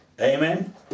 Amen